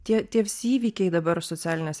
tie tie visi įvykiai dabar socialinės